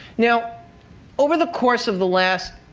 now over the course of the last